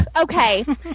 okay